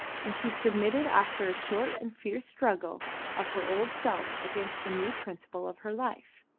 and she submitted after a short and fierce struggle of her old self against the new principle of her life.